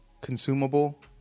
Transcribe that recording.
consumable